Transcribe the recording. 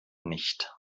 nicht